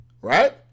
right